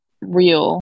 real